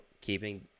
keeping